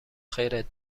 خیرت